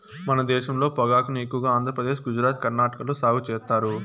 మన దేశంలో పొగాకును ఎక్కువగా ఆంధ్రప్రదేశ్, గుజరాత్, కర్ణాటక లో సాగు చేత్తారు